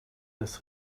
das